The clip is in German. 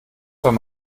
soll